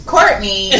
Courtney